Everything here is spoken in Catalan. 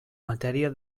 matèria